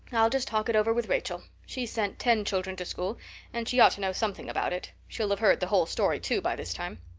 i'll just talk it over with rachel. she's sent ten children to school and she ought to know something about it. she'll have heard the whole story, too, by this time.